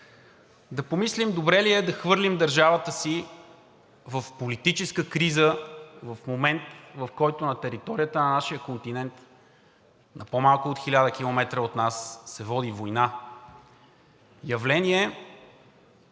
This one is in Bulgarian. Да помислим добре ли е да хвърлим държавата си в политическа криза в момент, в който на територията на нашия континент, на по-малко от 1000 км от нас, се води война